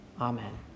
Amen